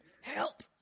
Help